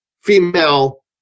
female